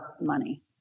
money